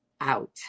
out